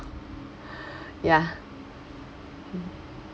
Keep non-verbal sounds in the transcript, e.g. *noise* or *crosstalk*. *breath* ya hmm